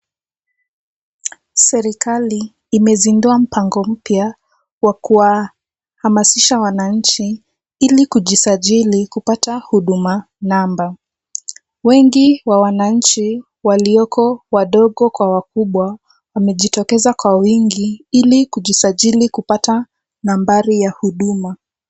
Serikali imezindua mpango mpya wa kuwahamasisha wananchi ili kujisajili kupata Huduma Namba. Wengi wa wananchi walioko wadogo kwa wakubwa wamejitokeza kwa wingi ili kujisajili kupata nambari ya huduma.